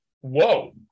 Whoa